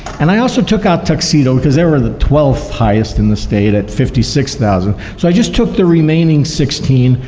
and i also took out tuxedo because they were the twelfth highest in the state at fifty six thousand dollars. so i just took the remaining sixteen,